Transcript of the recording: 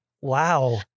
Wow